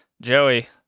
Joey